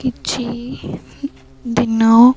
କିଛି ଦିନ